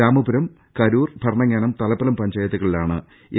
രാമപുരം കരൂർ ഭരണങ്ങാനം തലപ്പലം പഞ്ചായത്തുകളി ലാണ് എൻ